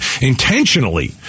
intentionally